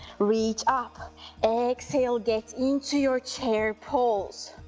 reach up exhale, get into your chair pose,